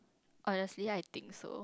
honestly I think so